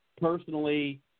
personally